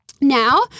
Now